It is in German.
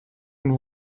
und